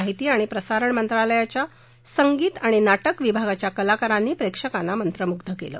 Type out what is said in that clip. माहिती आणि प्रसारण मंत्रालयाच्या संगीत आणि नाटक विभागच्या कलाकारांनी प्रेक्षकांना मंत्रमुग्ध केलं